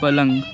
पलंग